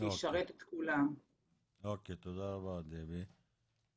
אני חושב שזאת ליבת